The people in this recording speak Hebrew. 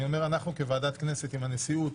אני אומר אנחנו כוועדת כנסת, אם הנשיאות